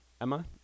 emma